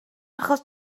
achos